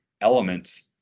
elements